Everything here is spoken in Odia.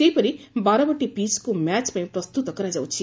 ସେହିପରି ବାରବାଟୀ ପିଚ୍କୁ ମ୍ୟାଚ୍ ପାଇଁ ପ୍ସ୍ତୁତ କରାଯାଉଛି